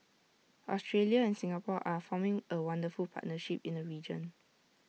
Australia and Singapore are forming A wonderful partnership in the region